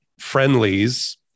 friendlies